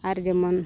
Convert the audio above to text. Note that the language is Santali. ᱟᱨ ᱡᱮᱢᱚᱱ